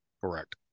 Correct